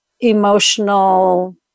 emotional